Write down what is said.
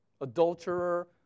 Adulterer